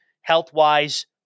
Health-wise